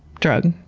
drug.